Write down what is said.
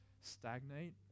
stagnate